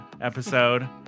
episode